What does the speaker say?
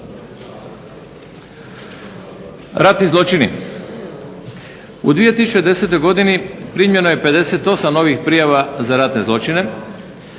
Ratni zločini, u 2010. godini primljeno je 58 novih prijava za ratne zločine.